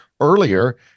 earlier